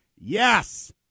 Yes